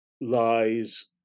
lies